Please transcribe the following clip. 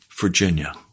Virginia